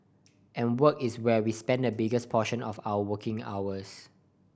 and work is where we spend the biggest portion of our waking hours